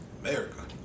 America